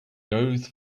goes